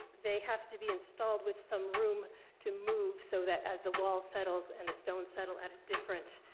they have to be installed with some room to move so that as the wall settles and the stones settle at a different